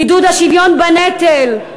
עידוד השוויון בנטל,